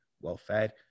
well-fed